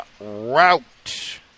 route